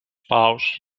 paus